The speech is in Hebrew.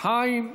חיים ילין.